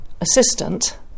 assistant